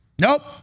Nope